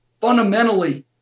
Fundamentally